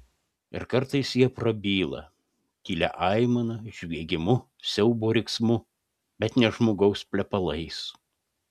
ir kartais jie prabyla tylia aimana žviegimu siaubo riksmu bet ne žmogaus plepalais